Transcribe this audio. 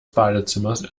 badezimmers